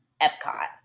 Epcot